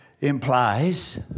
implies